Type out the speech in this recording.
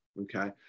okay